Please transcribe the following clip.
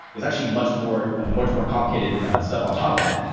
there's actually much more much more complicated stuff on top of that.